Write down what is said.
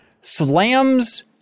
slams